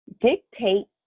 dictate